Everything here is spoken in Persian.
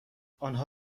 آنها